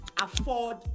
afford